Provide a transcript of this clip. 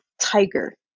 tiger